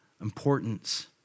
importance